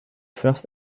first